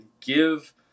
give